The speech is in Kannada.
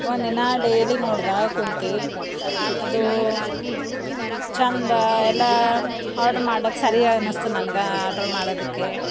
ಒಂದಿನ ಡೇಲಿ ನೋಡ್ದೆ ಕುಂತು ಅದು ಛಂದ ಎಲ್ಲ ಆರ್ಡ್ರು ಮಾಡ್ಲಾಕ್ ಸರಿ ಅನಿಸ್ತು ನನ್ಗೆ ಆರ್ಡ್ರು ಮಾಡೋದಕ್ಕೆ